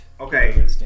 Okay